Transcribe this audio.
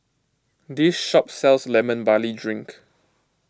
this shop sells Lemon Barley Drink